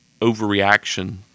overreaction